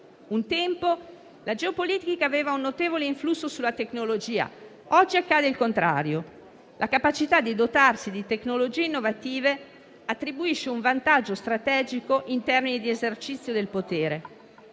Un tempo la geopolitica aveva un notevole influsso sulla tecnologia, oggi accade il contrario: la capacità di dotarsi di tecnologie innovative attribuisce un vantaggio strategico in termini di esercizio del potere.